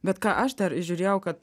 bet ką aš dar įžiūrėjau kad